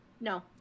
No